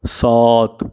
सात